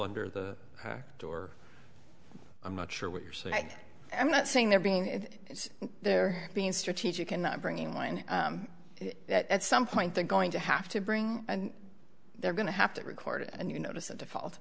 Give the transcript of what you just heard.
under the door i'm not sure what you're saying i'm not saying they're being they're being strategic and not bringing in mind that at some point they're going to have to bring they're going to have to record and you notice a default